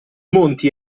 monti